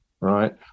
right